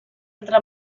entre